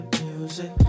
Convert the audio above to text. music